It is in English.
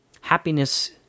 happiness